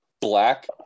black